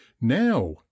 Now